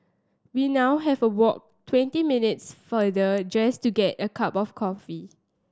we now have walk twenty minutes farther just to get a cup of coffee